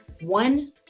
one